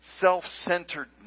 self-centeredness